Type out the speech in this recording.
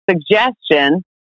suggestion